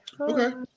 Okay